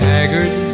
Haggard